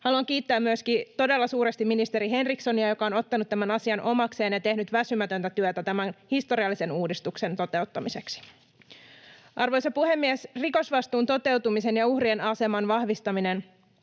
Haluan kiittää myöskin todella suuresti ministeri Henrikssonia, joka on ottanut tämän asian omakseen ja tehnyt väsymätöntä työtä tämän historiallisen uudistuksen toteuttamiseksi. Arvoisa puhemies! Rikosvastuun toteutumisen ja uhrien aseman vahvistaminen